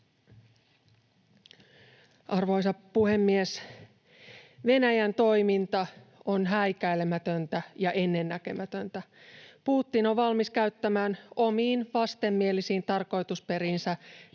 Arvoisa puhemies! Venäjän toiminta on häikäilemätöntä ja ennennäkemätöntä. Putin on valmis käyttämään omiin vastenmielisiin tarkoitusperiinsä